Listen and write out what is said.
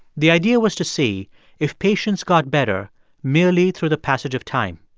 the idea was to see if patients got better merely through the passage of time.